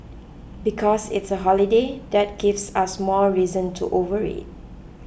because it's a holiday that gives us more reason to overeat